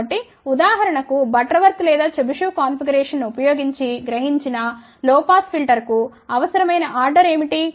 కాబట్టి ఉదాహరణకు బటర్వర్త్ లేదా చెబిషెవ్ కాన్ఫిగరేషన్ను ఉపయోగించి గ్రహించిన తక్కువ పాస్ ఫిల్టర్కు అవసరమైన ఆర్డర్ ఏమిటి